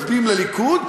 מצביעים לליכוד,